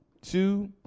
two